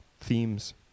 themes